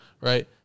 Right